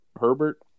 Herbert